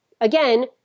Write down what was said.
Again